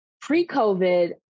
Pre-COVID